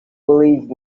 believe